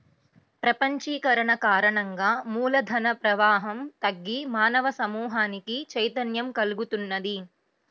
ప్రపంచీకరణ కారణంగా మూల ధన ప్రవాహం తగ్గి మానవ సమూహానికి చైతన్యం కల్గుతున్నది